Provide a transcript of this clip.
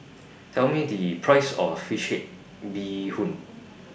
Tell Me The Price of Fish Head Bee Hoon